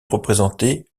représenté